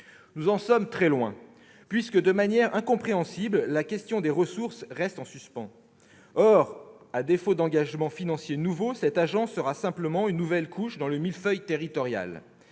Nous en sommes très loin puisque, de manière incompréhensible, la question des ressources reste en suspens. Or, à défaut d'engagement financier nouveau, cette agence sera simplement une nouvelle couche dans le millefeuille territorial,